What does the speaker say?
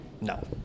No